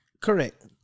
Correct